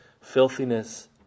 filthiness